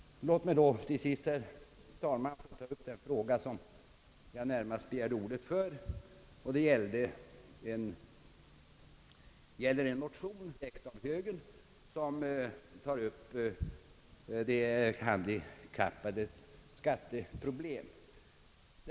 Låt mig till sist, herr talman, ta upp den fråga som närmast gav mig anledning att begära ordet — en högermotion om de handikappades skatteproblem.